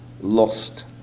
lost